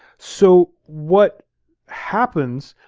so what happens,